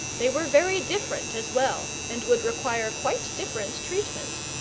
they were very different as well, and would require quite different treatment.